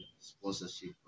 sponsorship